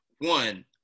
One